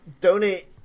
donate